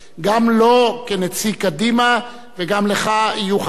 גם לו, כנציג קדימה, וגם לך, יהיו חמש דקות.